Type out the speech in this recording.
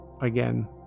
again